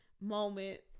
moment